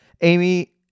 Amy